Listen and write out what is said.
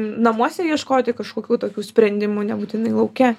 namuose ieškoti kažkokių tokių sprendimų nebūtinai lauke